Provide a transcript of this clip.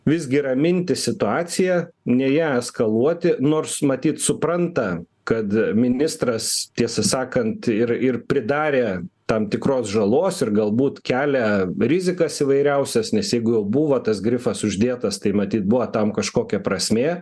visgi raminti situaciją ne ją eskaluoti nors matyt supranta kad ministras tiesą sakant ir ir pridarė tam tikros žalos ir galbūt kelia rizikas įvairiausias nes jeigu buvo tas grifas uždėtas tai matyt buvo tam kažkokia prasmė